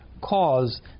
cause